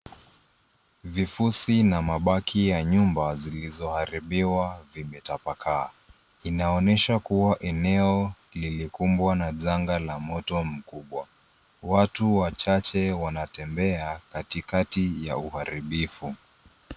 Vifusi na mabaki ya nyumba zilizoharibiwa vimetapakaa. Inaonesha kua eneo lilikumbwa na janga la moto mkubwa. Watu wachache wanatembea katikati ya uharibifu.